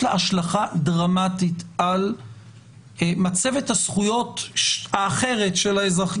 יש לה השלכה דרמטית על מצבת הזכויות האחרת של האזרחים.